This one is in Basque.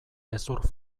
hezur